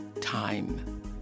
time